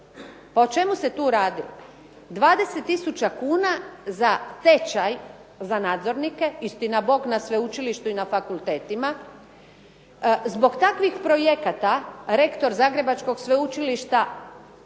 o čemu se tu radilo? 20 tisuća kuna za tečaj za nadzornike, istinabog na sveučilištu i na fakultetima, zbog takvih projekata rektor Zagrebačkog Sveučilišta